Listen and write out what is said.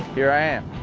here i am.